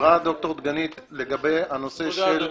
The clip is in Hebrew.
דיברה דוקטור דגנית לגבי הנושא של --- תודה אדוני,